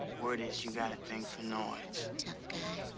word is, you got a thing for noids. tough guy.